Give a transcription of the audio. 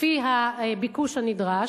כפי הביקוש הנדרש,